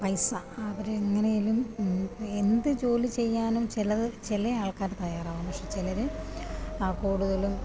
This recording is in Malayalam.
പൈസ അവരെങ്ങനെയെങ്കിലും എന്ത് ജോലി ചെയ്യാനും ചിലത് ചില ആൾക്കാർ തയ്യാറാകും പക്ഷെ ചിലർ കൂടുതലും